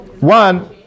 One